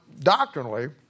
doctrinally